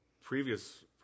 previous